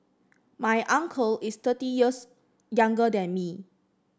my uncle is thirty years younger than me